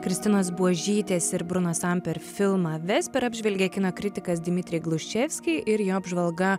kristinos buožytės ir bruno samper filmą vesper apžvelgė kino kritikas dmitrij gluševskiy ir jo apžvalga